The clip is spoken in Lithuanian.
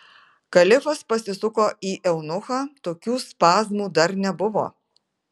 kalifas pasisuko į eunuchą tokių spazmų dar nebuvo